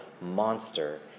monster